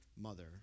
mother